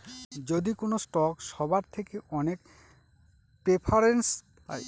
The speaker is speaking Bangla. যদি কোনো স্টক সবার থেকে অনেক প্রেফারেন্স পায়